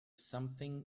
something